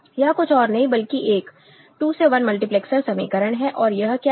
यह कुछ और नहीं बल्कि एक 2 से 1 मल्टीप्लैक्सर समीकरण है और यह क्या है